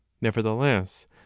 nevertheless